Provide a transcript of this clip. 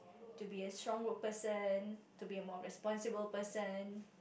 to be a stronger person to be more responsible person